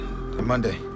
Monday